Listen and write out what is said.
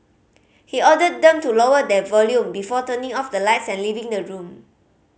he ordered them to lower their volume before turning off the lights and leaving the room